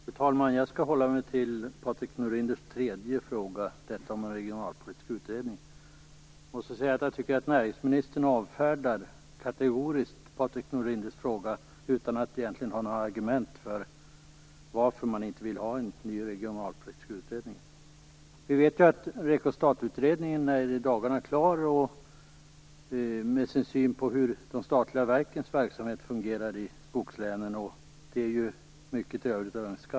Fru talman! Jag skall hålla mig till Patrik Norinders tredje fråga, den om en regionalpolitisk utredning. Jag tycker att näringsministern kategoriskt avfärdar Patrik Norinders fråga utan att egentligen ha några argument för varför man inte vill ha en ny regionalpolitisk utredning. Vi vet att REKO-STAT utredningen blir i dagarna klar med sin syn på hur de statliga verken fungerar i skogslänen. Det lämnar mycket övrigt att önska.